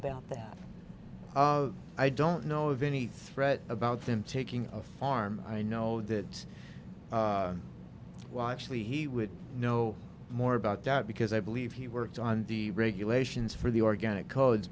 about that i don't know of any threat about them taking a farm i know that was actually he would know more about that because i believe he worked on the regulations for the organic codes